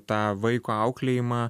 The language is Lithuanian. tą vaiko auklėjimą